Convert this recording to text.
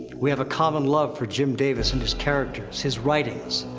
we have a common love for jim davis and his characters, his writings.